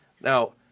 Now